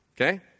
Okay